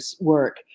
work